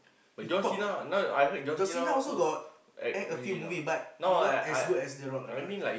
he top ah John-Cena also got act a few movie but not as good as the rock ah I think